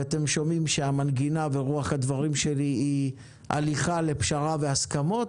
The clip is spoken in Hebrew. ואתם שומעים שהמנגינה ורוח הדברים שלי היא הליכה לפשרה והסכמות